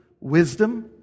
Wisdom